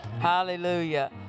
Hallelujah